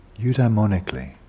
Eudaimonically